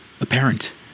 apparent